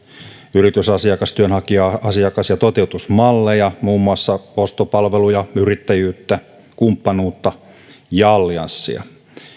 yritysasiakas työnhakija asiakas ja toteutusmalleja muun muassa ostopalveluja yrittäjyyttä kumppanuutta ja allianssia